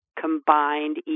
combined